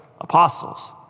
Apostles